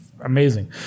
amazing